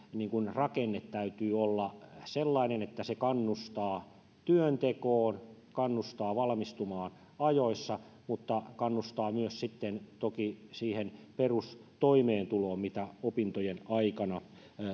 rakenteen täytyy olla sellainen että se kannustaa työntekoon kannustaa valmistumaan ajoissa mutta kannustaa myös sitten toki siihen perustoimeentuloon mitä opintojen aikana